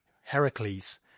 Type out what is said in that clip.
Heracles